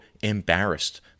embarrassed